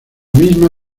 misma